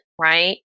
right